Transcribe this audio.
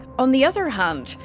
on the other hand,